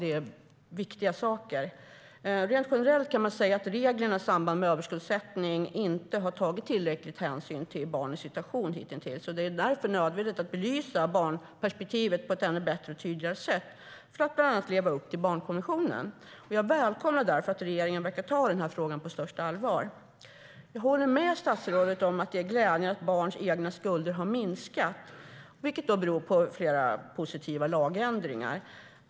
Det är viktiga saker. Rent generellt kan man säga att reglerna i samband med överskuldsättning hittills inte har tagit hänsyn tillräckligt till barnens situation. Det är därför nödvändigt att belysa barnperspektivet på ett bättre och tydligare sätt för att bland annat leva upp till barnkonventionen. Jag välkomnar därför att regeringen verkar ta den här frågan på största allvar. Jag håller med statsrådet om att det är glädjande att barns egna skulder har minskat, vilket beror på flera positiva lagändringar.